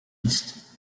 est